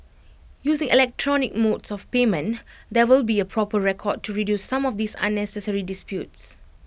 using electronic modes of payment there will be A proper record to reduce some of these unnecessary disputes